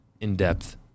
in-depth